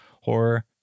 horror